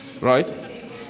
Right